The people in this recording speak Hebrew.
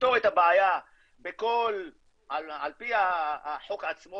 שתפתור את הבעיה על פי החוק עצמו,